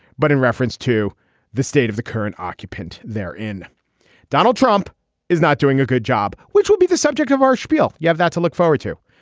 but in reference to the state of the current occupant there in donald trump is not doing a good job which will be the subject of our spiel you have that to look forward to.